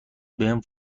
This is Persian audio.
بهم